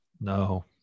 No